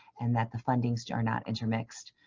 and that the fundings are not intermixed.